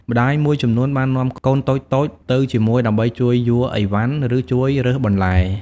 ម្ដាយមួយចំនួនបាននាំកូនតូចៗទៅជាមួយដើម្បីជួយយួរអីវ៉ាន់ ឬជួយរើសបន្លែ។